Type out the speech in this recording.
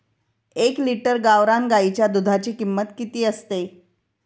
एक लिटर गावरान गाईच्या दुधाची किंमत किती असते?